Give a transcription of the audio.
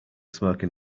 smoking